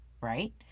right